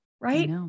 Right